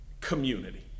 community